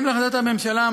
בהתאם להחלטת הממשלה,